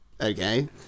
okay